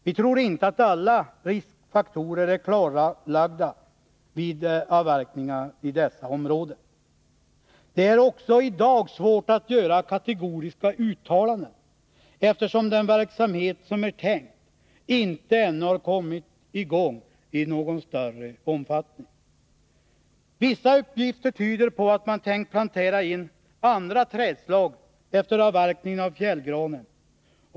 Vi tror inte att alla riskfaktorer vid avverkningar i dessa områden är klarlagda. Det är också i dag svårt att göra kategoriska uttalanden, eftersom den verksamhet som är tänkt ännu inte har kommit i gång i någon större omfattning. Vissa uppgifter tyder på att man tänkt planera in andra trädslag efter avverkningen av fjällgranen.